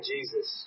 Jesus